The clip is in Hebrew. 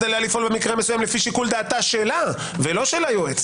עליה לפעול במקרה מסוים בשיקול דעתה שלה ולא של היועץ.